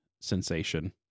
sensation